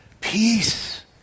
peace